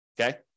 okay